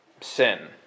sin